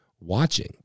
Watching